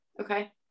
Okay